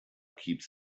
keeps